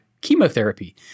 chemotherapy